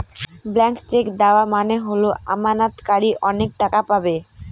blank cheque দেওয়া মানে হল আমানতকারী অনেক টাকা পাবে